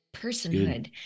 personhood